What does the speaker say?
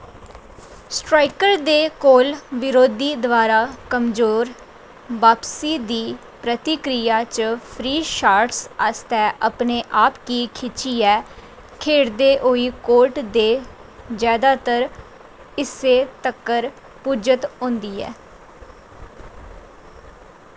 striker दे कोल बरोधी द्वारा कमजोर बापसी दी प्रतिक्रिया च फ्री शाट्स आस्तै अपने आप गी खिच्चियै खेढदे होई कोर्ट दे जैदातर हिस्से तक्कर पुज्जत होंदी ऐ